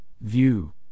view